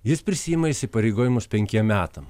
jis prisiima įsipareigojimus penkiem metam